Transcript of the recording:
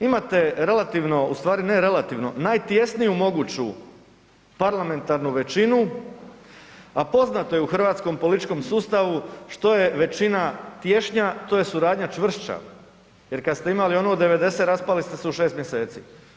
Imate relativno, ustvari ne relativno najtijesniju parlamentarnu većinu a poznato je u hrvatskom političkom sustavu što je većina tješnja, to je suradnja čvršća jer kad ste imali ono 90, raspali ste se u 6 mjeseci.